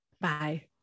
Bye